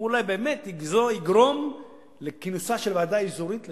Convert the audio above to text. הוא אולי באמת יגרום לכינוסה של ועידה אזורית לשלום.